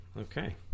okay